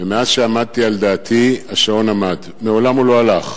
ומאז עמדתי על דעתי השעון עמד, מעולם הוא לא הלך.